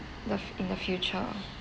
the in the future